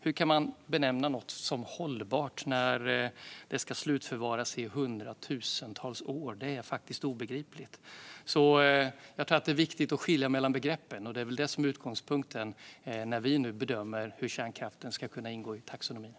Hur kan man benämna något som ska slutförvaras i hundratusentals år som hållbart? Det är faktiskt obegripligt. Jag tror att det är viktigt att skilja mellan begreppen, och det är detta som är utgångspunkten när vi nu bedömer hur kärnkraften ska kunna ingå i taxonomin.